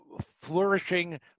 flourishing